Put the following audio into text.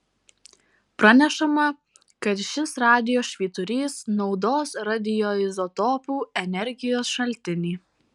pranešama kad šis radijo švyturys naudos radioizotopų energijos šaltinį